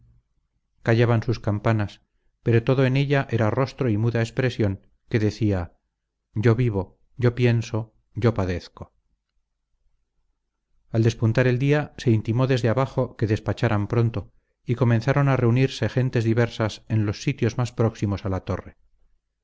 callaban sus campanas pero todo en ella era rostro y muda expresión que decía yo vivo yo pienso yo padezco al despuntar el día se intimó desde abajo que despacharan pronto y comenzaron a reunirse gentes diversas en los sitios más próximos a la torre